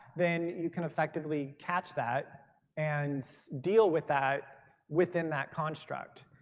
then you can effectively catch that and deal with that within that construct.